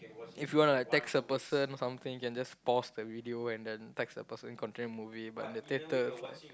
if you want to text the person or something you can just pause the video and then text the person and continue the movie but in the theatre